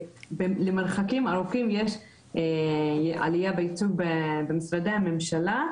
יש עלייה בייצוג במשרדי הממשלה למרחקים ארוכים.